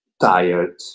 tired